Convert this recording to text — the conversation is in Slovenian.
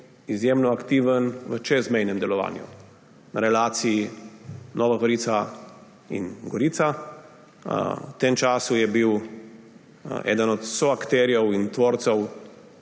izjemno aktiven v čezmejnem delovanju na relaciji Nova Gorica in Gorica. V tem času je bil eden od soakterjev in tvorcev